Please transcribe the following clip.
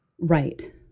Right